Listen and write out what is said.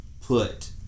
put